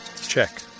check